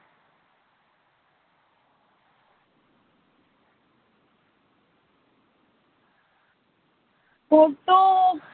photo